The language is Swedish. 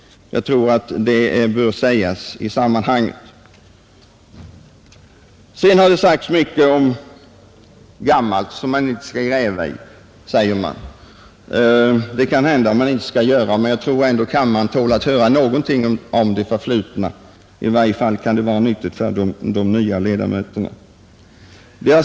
Jag tror att det bör sägas i sammanhanget. Det har sagts att vi inte skall gräva i vad som varit. Det kanske vi inte skall göra, men jag tror ändå att kammaren tål att höra någonting om det förflutna — i varje fall kan det vara nyttigt för de nya ledamöterna.